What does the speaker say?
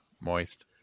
Moist